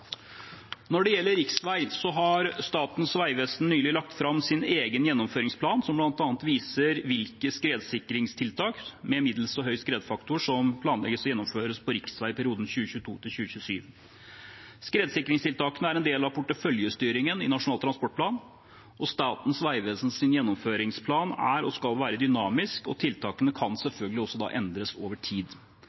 Når det gjelder riksvei, har Statens vegvesen nylig lagt fram sin egen gjennomføringsplan, som bl.a. viser hvilke skredsikringstiltak med middels og høy skredfaktor som planlegges å gjennomføres på riksvei i perioden 2022–2027. Skredsikringstiltakene er en del av porteføljestyringen i Nasjonal transportplan, og Statens vegvesen sin gjennomføringsplan er – og skal være – dynamisk, og tiltakene kan selvfølgelig også endres over tid.